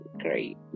great